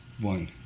one